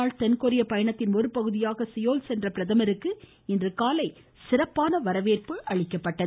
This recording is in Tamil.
நாள் தென்கொரியா பயணத்தின் ஒரு பகுதியாக முன்னதாக இரண்டு சியோல் சென்ற பிரதமருக்கு இன்றுகாலை சிறப்பான வரவேற்பு அளிக்கப்பட்டது